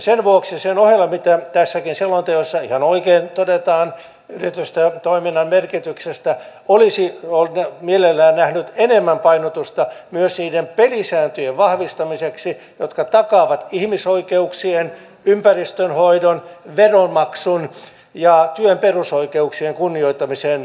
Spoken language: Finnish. sen vuoksi sen ohella mitä tässäkin selonteossa ihan oikein todetaan yritystoiminnan merkityksestä olisi mielellään nähnyt enemmän painotusta myös niiden pelisääntöjen vahvistamiseksi jotka takaavat ihmisoikeuksien ympäristönhoidon veronmaksun ja työn perusoikeuksien kunnioittamisen yritysvastuulla